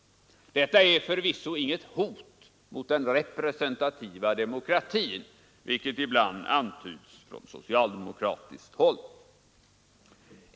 Detta är förvisso inget hot mot den representativa demokratin, vilket ibland antyds från socialdemokratiskt håll.